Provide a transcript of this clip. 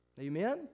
Amen